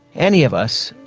any of us,